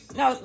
no